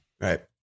Right